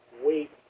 weight